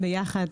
ביחד,